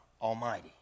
Almighty